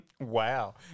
Wow